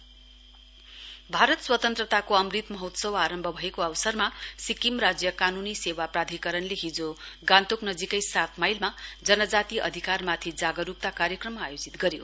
S S L S A Bharat स्वतन्त्रताको अमृत महोत्सव आरम्भ भएको अवसरमा सिक्किम राज्य कानुनी सेवा प्राधिकरणले हिजो गान्तोक नजीकै सात माईलमा जनजाति अधिकारमाथि जागरूकता कार्यक्रम आयोजित गर्यो